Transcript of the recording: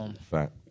Fact